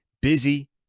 busy